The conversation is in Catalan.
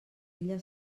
ella